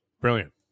Brilliant